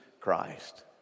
Christ